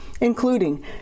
including